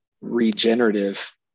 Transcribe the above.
regenerative